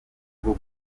bwo